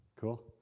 Cool